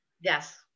Yes